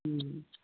ਹਮ